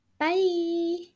Bye